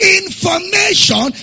information